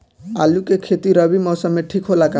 आलू के खेती रबी मौसम में ठीक होला का?